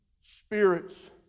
spirits